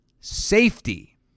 safety